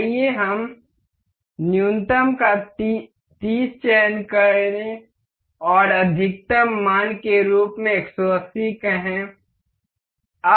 आइए हम न्यूनतम 30 का चयन करें और अधिकतम मान के रूप में 180 कहें